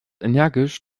energisch